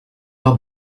pas